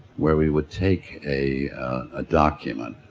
where we would take a ah document,